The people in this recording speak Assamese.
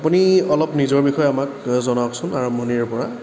আপুনি অলপ নিজৰ বিষয়ে আমাক জনাওকচোন আৰম্ভণিৰে পৰা